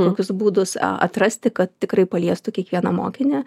kokius būdus a atrasti kad tikrai paliestų kiekvieną mokinį